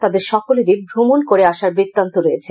তাদের সকলেরই ভ্রমণ করে আসার বৃত্তান্ত রয়েছে